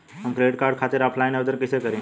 हम credit card खातिर offline आवेदन कइसे करि?